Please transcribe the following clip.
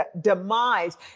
demise